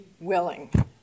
willing